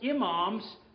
imams